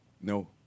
No